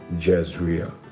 jezreel